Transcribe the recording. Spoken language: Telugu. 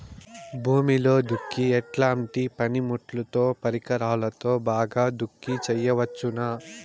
భూమిలో దుక్కి ఎట్లాంటి పనిముట్లుతో, పరికరాలతో బాగా దుక్కి చేయవచ్చున?